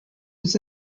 was